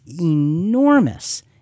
enormous